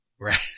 right